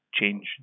change